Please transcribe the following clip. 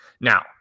now